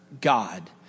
God